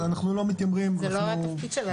זה לא התפקיד שלנו.